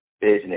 business